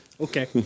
Okay